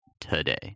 today